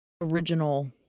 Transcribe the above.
original